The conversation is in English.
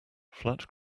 flat